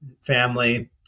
family